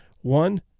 One